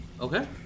okay